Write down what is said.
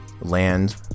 land